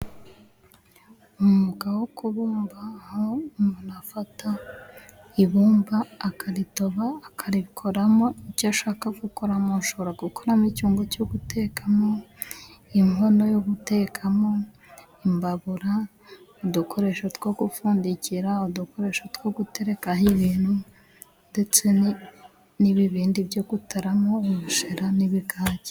Umwuga wo kubumba aho ,umuntu afata ibumba akaritoba, akarikoramo ibyo ashaka gukora. Ushobora gukuramo icyungo cyo gutekamo, inkono yo gutekamo, imbabura, udukoresho two gupfundikira, udukoresho two guterekaho ibintu, ndetse n'ibindi byo gutaramo ubushera n'ibigage.